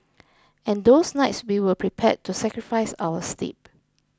and those nights we were prepared to sacrifice our sleep